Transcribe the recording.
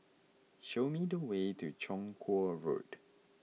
show me the way to Chong Kuo Road